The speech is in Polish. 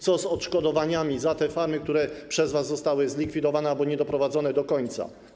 Co z odszkodowaniami za te farmy, które przez was zostały zlikwidowane albo nie zostały doprowadzone do końca?